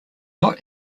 not